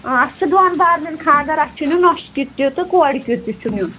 اۭں اَسہِ چھُ دۄن بارنٮ۪ن خاندر اَسہِ چھُ نیُن نۄشہِ کِیُتھ تہِ تہٕ کورِ کِیُتھ تہِ چھُ نیُن